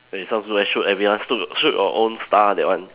then you start shoot everyone shoot shoot your own star that one